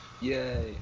yay